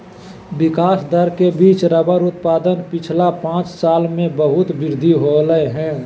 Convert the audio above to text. विकास दर के बिच रबर उत्पादन पिछला पाँच साल में बहुत वृद्धि होले हें